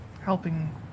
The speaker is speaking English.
helping